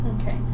Okay